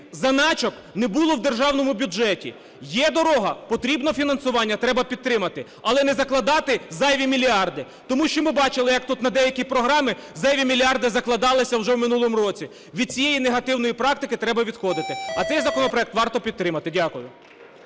заначок не було в державному бюджеті. Є дорога, потрібне фінансування – треба підтримати. Але не закладати зайві мільярди. Тому що ми бачили, як тут на деякі програми зайві мільярди закладалися вже в минулому році. Від цієї негативної практики треба відходити. А цей законопроект варто підтримати. Дякую.